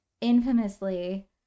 infamously